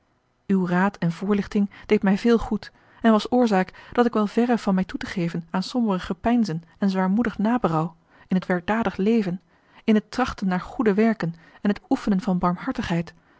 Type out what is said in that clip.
uw raad en voorlichting deed mij veel goed en was oorzaak dat ik wel verre van mij toe te geven aan sombere gepeinzen en zwaarmoedig naberouw in het werkdadig leven in het trachten naar goede werken en het oefenen van barmhartigheid